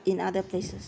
ah in other places